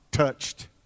touched